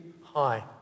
high